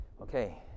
Okay